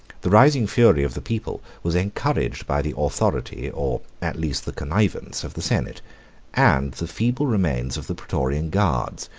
the rising fury of the people was encouraged by the authority, or at least the connivance, of the senate and the feeble remains of the praetorian guards,